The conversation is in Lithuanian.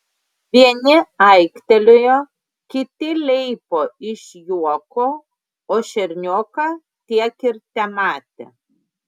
vieni aiktelėjo kiti leipo iš juoko o šernioką tiek ir tematė